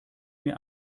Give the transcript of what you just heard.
mir